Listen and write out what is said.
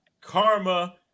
karma